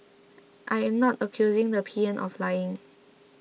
I am not accusing the P M of lying